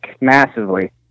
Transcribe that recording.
massively